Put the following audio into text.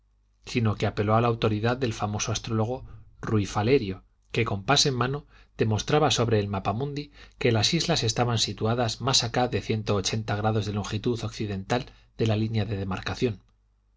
sino que apeló a la autoridad del famoso astrólogo ruy faleiro que compás en mano demostraba sobre el mapamundi que las islas estaban situadas más acá de ciento ochenta grados de longitud occidental de la línea de demarcación